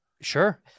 Sure